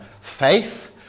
faith